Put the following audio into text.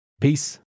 Peace